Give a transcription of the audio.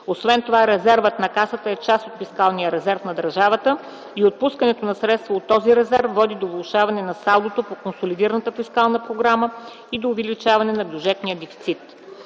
Освен това резервът на Касата е част от фискалния резерв на държавата и отпускането на средства от този резерв води до влошаване на салдото по консолидираната фискална програма и до увеличаване на бюджетния дефицит.